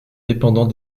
dépendant